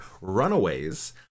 Runaways